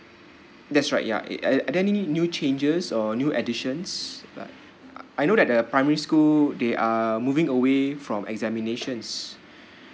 that's right ya uh are there any new changes or new editions like I know that the primary school they are moving away from examinations